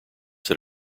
that